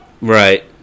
right